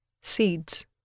Seeds